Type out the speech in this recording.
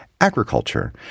Agriculture